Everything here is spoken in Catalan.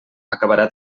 acabarà